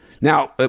Now